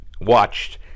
watched